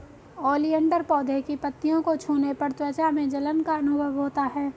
oleander पौधे की पत्तियों को छूने पर त्वचा में जलन का अनुभव होता है